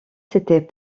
c’était